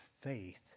faith